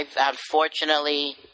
Unfortunately